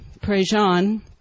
Prejean